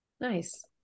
nice